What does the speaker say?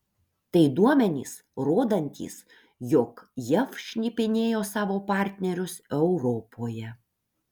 tai duomenys rodantys jog jav šnipinėjo savo partnerius europoje